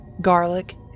garlic